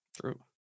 True